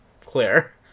clear